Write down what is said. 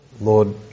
Lord